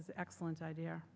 is excellent idea